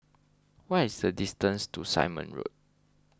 what is the distance to Simon Road